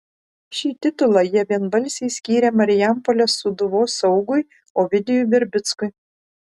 šį titulą jie vienbalsiai skyrė marijampolės sūduvos saugui ovidijui verbickui